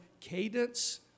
Cadence